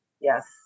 yes